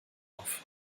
auf